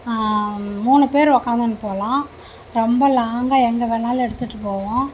மூணு பேர் உக்காந்து போகலாம் ரொம்ப லாங்காக எங்கே வேணாலும் எடுத்துகிட்டு போவோம்